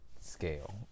scale